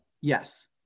Yes